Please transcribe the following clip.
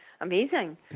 amazing